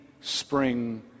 spring